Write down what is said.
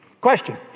Question